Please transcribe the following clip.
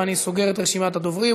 ואני סוגר את רשימת הדוברים,